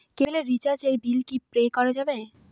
কেবিলের রিচার্জের বিল কি পে করা যাবে?